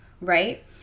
right